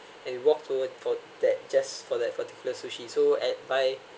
and walked toward for that just for that particular sushi so at by